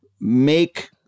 make